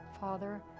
father